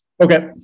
Okay